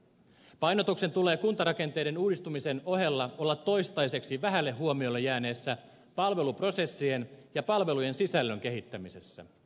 painotuksen tulee kuntarakenteiden uudistamisen ohella olla toistaiseksi vähälle huomiolle jääneessä palveluprosessien ja palvelujen sisällön kehittämisessä